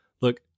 look